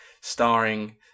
starring